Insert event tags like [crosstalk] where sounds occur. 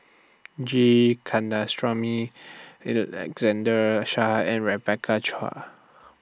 G [unintelligible] Shah and Rebecca Chua